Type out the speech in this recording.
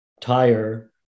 tire